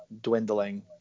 dwindling